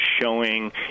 showing